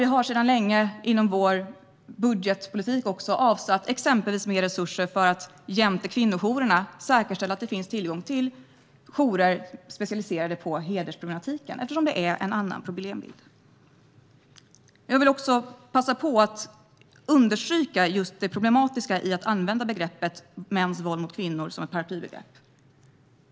Vi har länge inom vår budgetpolitik avsatt mer resurser exempelvis för att jämte kvinnojourerna säkerställa att det finns tillgång till jourer specialiserade på hedersproblematiken, eftersom det är en annan problembild. Jag vill också passa på att understryka det problematiska i att använda begreppet mäns våld mot kvinnor som ett paraplybegrepp.